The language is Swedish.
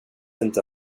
inte